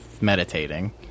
Meditating